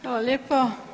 Hvala lijepo.